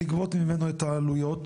לגבות ממנו את העלויות